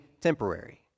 temporary